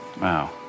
Wow